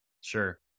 Sure